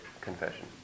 confession